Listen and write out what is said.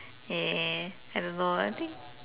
uh I don't know I think